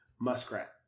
Muskrat